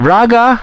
Raga